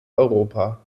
europa